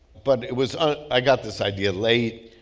but it was ah i got this idea late,